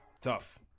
Tough